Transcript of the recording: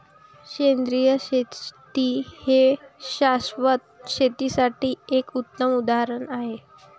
सेंद्रिय शेती हे शाश्वत शेतीसाठी एक उत्तम उदाहरण आहे